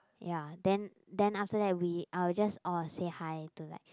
ya then then after we I will just orh say hi to like